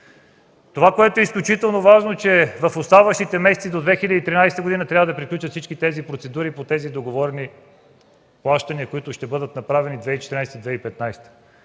Това, което е изключително важно, е, че в оставащите месеци до 2013 г. трябва да приключат всички тези процедури по тези договорени плащания, които ще бъдат направени 2014-2015